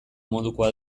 modukoa